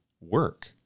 Work